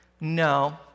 No